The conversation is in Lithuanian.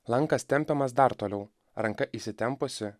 lankas tempiamas dar toliau ranka įsitempusi